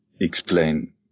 explain